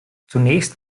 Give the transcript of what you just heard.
zunächst